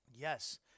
Yes